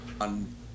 on